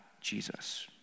Jesus